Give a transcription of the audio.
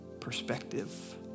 perspective